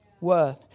word